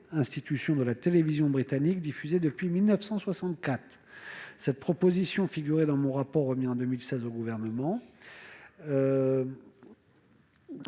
institution de la télévision britannique diffusée depuis 1964. Cette proposition figurait dans le rapport que j'ai remis au gouvernement